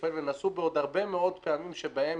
וברפאל והם נעשו בעוד הרבה מאוד פעמים שבהם